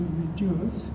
reduce